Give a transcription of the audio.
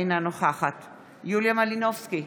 אינה נוכחת יוליה מלינובסקי,